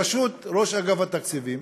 בראשות ראש אגף התקציבים,